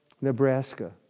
Nebraska